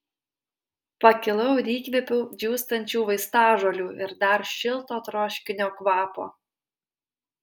pakilau ir įkvėpiau džiūstančių vaistažolių ir dar šilto troškinio kvapo